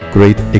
Great